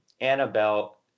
Annabelle